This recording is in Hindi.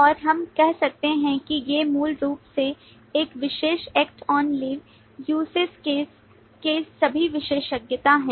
और हम कह सकते हैं कि ये मूल रूप से इस विशेष 'act on leaves usage case' के सभी विशेषज्ञता हैं